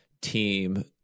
team